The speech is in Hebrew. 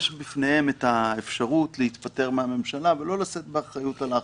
יש בפניהם האפשרות להתפטר מהממשלה ולא לשאת באחריות על ההחלטה.